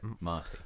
Marty